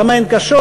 למה הן קשות?